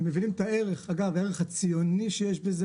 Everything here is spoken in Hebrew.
הם מבינים את הערך אגב: הערך הציוני שיש בזה,